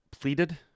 Pleaded